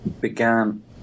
began